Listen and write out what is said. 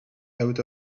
out